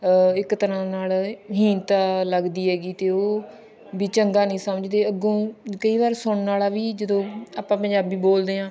ਇੱਕ ਤਰ੍ਹਾਂ ਨਾਲ ਹੀਣਤਾ ਲੱਗਦੀ ਹੈਗੀ ਅਤੇ ਉਹ ਵੀ ਚੰਗਾ ਨਹੀਂ ਸਮਝਦੇ ਅੱਗੋਂ ਕਈ ਵਾਰ ਸੁਣਨ ਵਾਲਾ ਵੀ ਜਦੋਂ ਆਪਾਂ ਪੰਜਾਬੀ ਬੋਲਦੇ ਹਾਂ